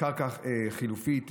קרקע חלופית,